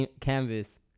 canvas